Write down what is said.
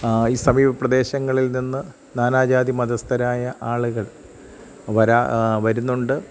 ഈ സമീപ പ്രദേശങ്ങളിൽ നിന്ന് നാനാജാതി മതസ്ഥരായ ആളുകൾ വരാ വരുന്നുണ്ട്